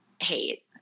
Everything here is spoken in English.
hate